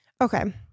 okay